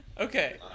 Okay